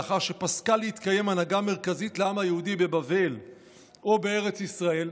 לאחר שפסקה להתקיים הנהגה מרכזית לעם היהודי בבבל או בארץ ישראל,